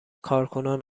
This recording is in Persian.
کارکنان